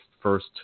first